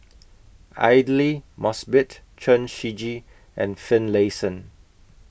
Aidli Mosbit Chen Shiji and Finlayson